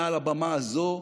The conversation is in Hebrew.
מעל לבמה הזאת,